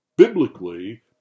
biblically